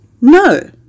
no